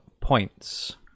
points